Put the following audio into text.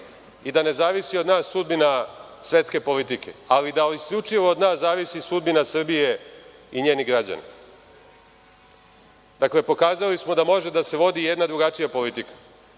i da ne zavisi od nas sudbina svetske politike, ali da isključivo od nas zavisi sudbina Srbije i njenih građana. Dakle, pokazali smo da može da se vodi jedna drugačija politika.